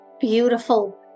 Beautiful